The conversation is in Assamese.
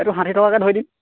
এইটো ষাঠি টকাকৈ ধৰি দিম